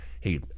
hey